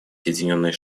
соединенные